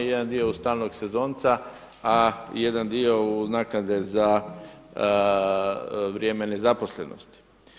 Jedan dio uz stalnog sezonca, a jedan dio uz naknade za vrijeme nezaposlenosti.